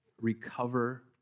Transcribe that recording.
recover